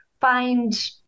find